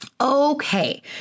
Okay